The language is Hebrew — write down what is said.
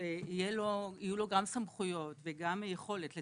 שיהיו לו גם סמכויות וגם יכולת לתכלל,